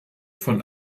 von